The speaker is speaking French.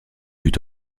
but